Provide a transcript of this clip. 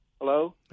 Hello